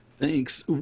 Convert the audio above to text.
thanks